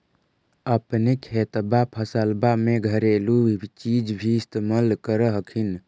अपने खेतबा फसल्बा मे घरेलू चीज भी इस्तेमल कर हखिन?